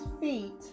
feet